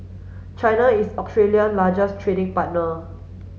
China is Australia largest trading partner